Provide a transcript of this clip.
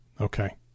Okay